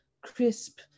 crisp